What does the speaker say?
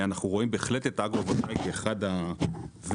אנחנו בהחלט רואים את האגרו-וולטאי כאחד הווקטורים